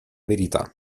verità